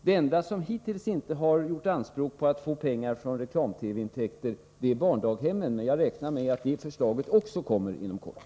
De enda som hittills inte har gjort anspråk på att få pengar från reklam-TV-intäkter är barndaghemmen, men jag räknar med att det förslaget också kommer inom kort.